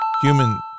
human